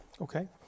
Okay